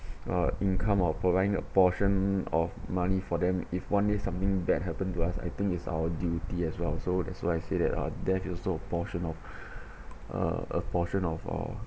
uh income of providing a portion of money for them if one day something bad happen to us it is our duty as well so that's why I say that uh death is also portion of uh a portion of our